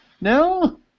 No